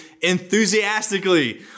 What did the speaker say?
Enthusiastically